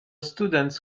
students